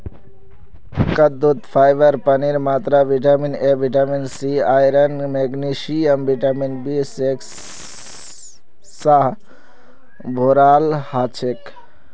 कद्दूत फाइबर पानीर मात्रा vitamin A vitamin C iron magnesium vitamin B six स भोराल हछेक